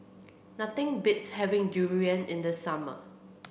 nothing beats having durian in the summer